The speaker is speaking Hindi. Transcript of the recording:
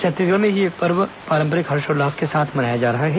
छत्तीसगढ़ में भी यह पर्व पारंपरिक हर्षोल्लास के साथ मनाया जा रहा है